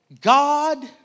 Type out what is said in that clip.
God